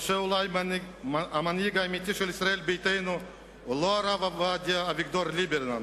או שאולי המנהיג האמיתי של ישראל ביתנו הוא לא הרב אביגדור ליברמן,